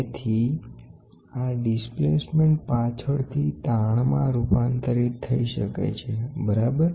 તેથી આ ડિસ્પ્લેસમેન્ટ પાછળથી સ્ટ્રેનમાં રૂપાંતરિત થઈ શકે છે બરાબર